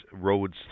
roads